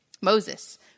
Moses